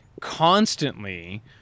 constantly